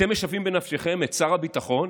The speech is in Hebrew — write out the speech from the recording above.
אתם משווים בנפשכם את שר הביטחון